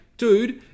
Dude